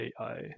AI